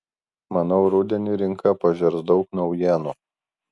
manau rudenį rinka pažers daug naujienų